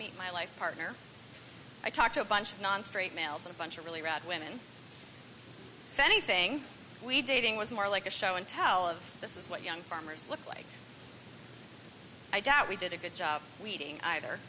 meet my life partner i talk to a bunch of non straight males and a bunch of really rad women if anything we dating was more like a show and tell of this is what young farmers look like i doubt we did a good job weeding either